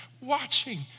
watching